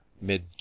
mid